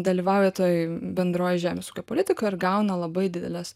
dalyvauja toj bendroj žemės ūkio politikoj ir gauna labai dideles